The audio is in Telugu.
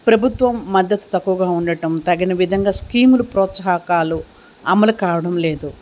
ప్రభుత్వం మద్దతు తక్కువగా ఉండటం తగిన విధంగా స్కీములు ప్రోత్సాహకాలు అమలు కావడం లేదు